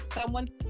someone's